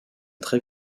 très